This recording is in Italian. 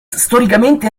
storicamente